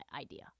idea